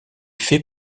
fait